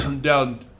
down